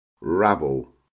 rabble